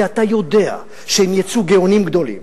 כי אתה יודע שהם יצאו גאונים גדולים.